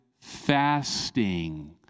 fasting